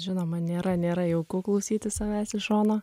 žinoma nėra nėra jauku klausytis savęs iš šono